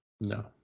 no